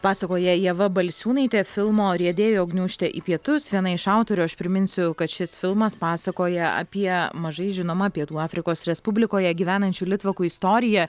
pasakoja ieva balsiūnaitė filmo riedėjo gniūžtė į pietus viena iš autorių aš priminsiu kad šis filmas pasakoja apie mažai žinomą pietų afrikos respublikoje gyvenančių litvakų istoriją